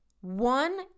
One